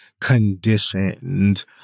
conditioned